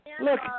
Look